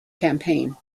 campaign